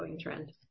trend